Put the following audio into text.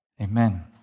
Amen